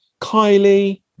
Kylie